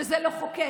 וזה לחוקק.